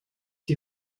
die